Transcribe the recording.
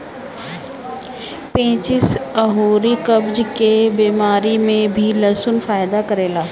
पेचिस अउरी कब्ज के बेमारी में भी लहसुन फायदा करेला